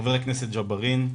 חבר הכנסת ג'בארין.